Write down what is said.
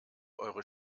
eure